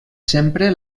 sempre